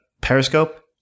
Periscope